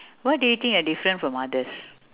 what do you think you're different from others